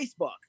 Facebook